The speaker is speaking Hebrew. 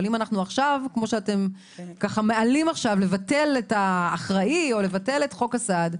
אבל אם אנחנו מעלים עכשיו את עניין ביטול האחראי או ביטול חוק הסעד,